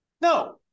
no